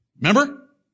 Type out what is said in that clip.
Remember